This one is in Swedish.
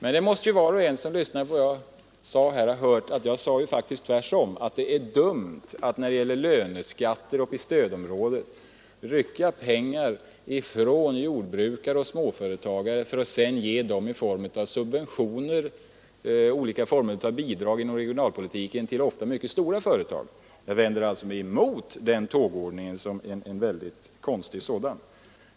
Men var och en som lyssnade på mitt anförande måste ha hört att jag faktiskt sade tvärtom, nämligen att det är dumt att rycka pengar från jordbrukare och småföretagare i form av löneskatter och sedan såsom olika bidrag inom regionalpolitiken betala ut dem till ofta mycket stora företag. Jag vänder mig alltså mot en sådan konstig tågordning.